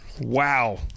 Wow